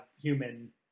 human